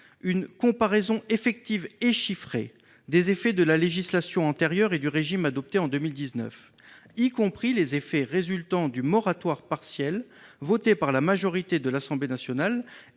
une comparaison effective et chiffrée des effets de la législation antérieure et du régime adopté en 2019, y compris les effets résultant du moratoire partiel voté par la majorité de l'Assemblée nationale